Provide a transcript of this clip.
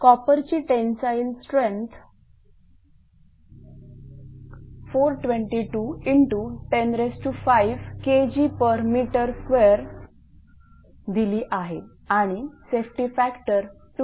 कॉपरची tensile strength 422×105Kgm2 दिली आहे आणि सेफ्टी फॅक्टर 2